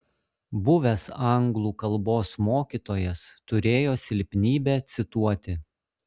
buvęs anglų kalbos mokytojas turėjo silpnybę cituoti